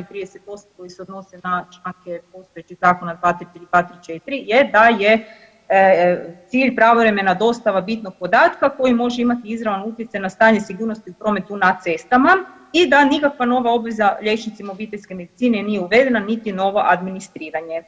i 38 koji se odnose na čl. ... [[Govornik se ne čuje.]] je da je cilj pravovremena dostava bitnog podatka koji može imati izravne utjecaj na stanje sigurnosti u prometu na cestama i da nikakva nova obveza liječnicima obiteljske medicine nije uvedena niti je novo administriranje.